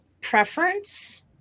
preference